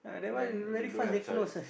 then we don't have choice